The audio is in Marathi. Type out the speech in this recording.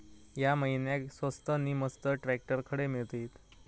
या महिन्याक स्वस्त नी मस्त ट्रॅक्टर खडे मिळतीत?